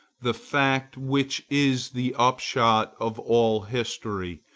the fact which is the upshot of all history,